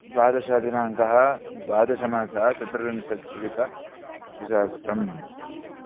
द्वादशदिनाङ्कः द्वादशमासः चतुर्विंशत्यदिकद्विसहस्रम्